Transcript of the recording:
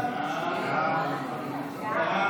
ההצעה